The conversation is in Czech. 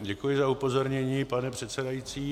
Děkuji za upozornění, pane předsedající.